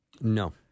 No